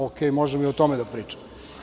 Ok, možemo i o tome da pričamo.